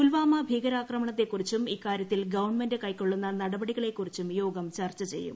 പുൽവാമ ഭീകരാക്രമണത്തെക്കുറിച്ചും ഇക്കാര്യത്തിൽ ഗവൺമെന്റ് കൈക്കൊള്ളുന്ന നടപടികളെക്കുറിച്ചും യോഗം ചർച്ച ചെയ്യും